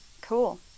cool